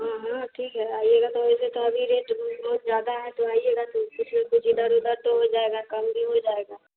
हाँ हाँ ठीक है आइएगा तो वैसे तो अभी रेट बहुत ज़्यादा है तो आइएगा तो कुछ न कुछ इधर उधर तो हो जाएगा कम भी हो जाएगा